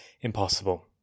impossible